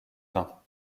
reins